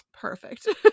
perfect